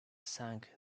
sank